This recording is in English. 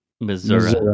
Missouri